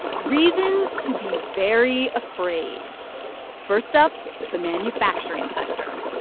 reasons to be very afraid first up, the manufacturing sector.